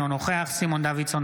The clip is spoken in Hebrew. אינו נוכח סימון דוידסון,